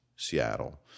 Seattle